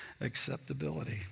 acceptability